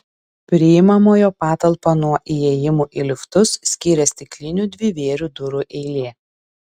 priimamojo patalpą nuo įėjimų į liftus skyrė stiklinių dvivėrių durų eilė